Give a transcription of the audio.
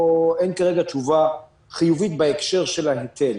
או אין כרגע תשובה חיובית בהקשר של ההיטל.